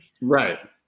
Right